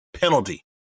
penalty